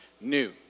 new